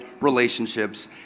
relationships